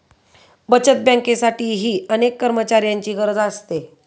बचत बँकेसाठीही अनेक कर्मचाऱ्यांची गरज असते